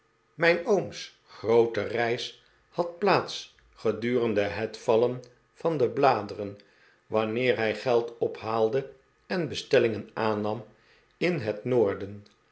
mijn ooms groote reis had plaats gedurende het vallen van de bladeren wanneer hij geld ophaalde en bestellingen aannam in het noorden